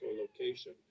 location